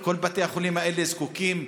כל בתי החולים האלה זקוקים